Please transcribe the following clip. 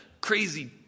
crazy